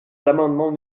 l’amendement